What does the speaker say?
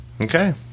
Okay